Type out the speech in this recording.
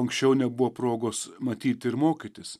anksčiau nebuvo progos matyti ir mokytis